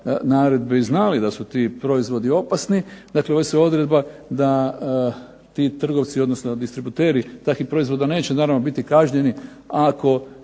naredbe znali da su ti proizvodi opasni, dakle …/Ne razumije se./… da ti trgovci, odnosno distributeri takvih proizvoda neće naravno biti kažnjeni ako